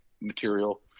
material